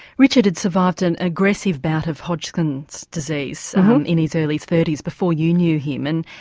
richard had survived an aggressive bout of hodgkin's disease in his early thirty s before you knew him, and